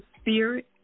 spirit